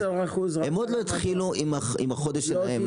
הם עוד לא התחילו עם החודש שלהם,